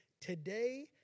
Today